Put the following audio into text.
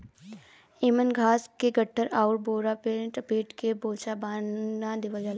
एमन घास के गट्ठर आउर पोरा में लपेट के बोझा बना देवल जाला